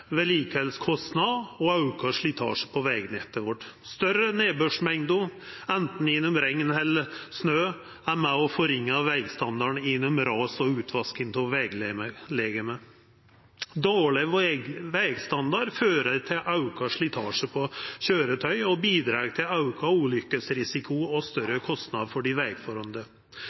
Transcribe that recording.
vedlikehaldskostnadene, med auka slitasje på vegnettet vårt. Større nedbørsmengder, anten regn eller snø, er med på å gjera vegstandarden ringare, gjennom ras og utvasking av veglekamen. Dårleg vegstandard fører til auka slitasje på køyretøy og bidreg til auka ulukkerisiko og større kostnader for dei